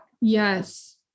Yes